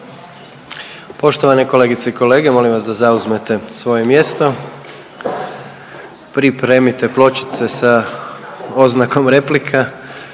Poštovane kolegice i kolege molim vas da zauzmete svoje mjesto. Pripremite pločice sa oznakom replika